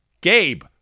Gabe